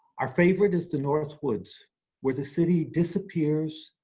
our favorite is the north woods where the city disappears.